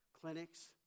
clinics